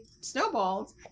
snowballs